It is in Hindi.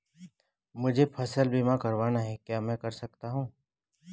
मुझे फसल बीमा करवाना है क्या मैं कर सकता हूँ?